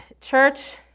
church